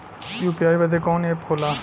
UPI बदे कवन app होला?